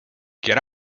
get